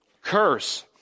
curse